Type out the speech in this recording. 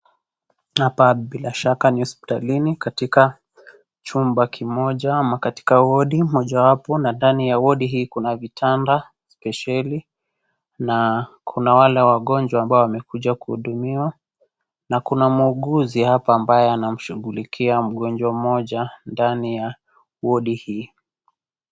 Hapa bila shaka ni hospitalini, katika chumba kimoja ama katika wodi mojawapo, nadhani ya wodi hii kuna vitanda spesheli na kuna wale wagonjwa ambao wamekuja kuhudumiwa na kuna mhuguzi hapa ambaye anamshughulikia mgonjwa mmoja ndani ya wodi hii.